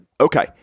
okay